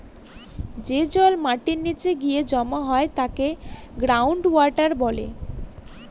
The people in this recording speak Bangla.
যে জল মাটির নীচে গিয়ে জমা হয় তাকে গ্রাউন্ড ওয়াটার বলে